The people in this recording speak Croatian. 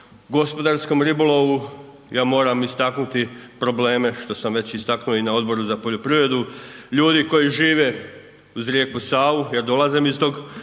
gospodarskom ribolovu, ja moram istaknuti probleme, što sam već istaknuo i na Odboru za poljoprivredu, ljudi koji žive uz rijeku Savu jer dolazim iz tog